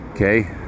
Okay